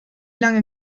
lange